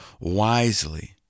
wisely